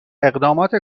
اقدامات